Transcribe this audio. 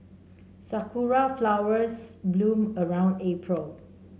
sakura flowers bloom around April